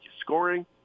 scoring